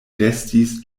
restis